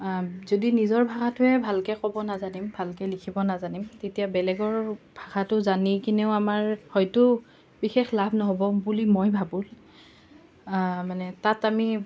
যদি নিজৰ ভাষাটোৱে ভালকৈ ক'ব নাজানিম ভালকৈ লিখিব নাজানিম তেতিয়া বেলেগৰ ভাষাটো জানি কিনেও আমাৰ হয়টো বিশেষ লাভ নহ'ব বুলি মই ভাবোঁ মানে তাত আমি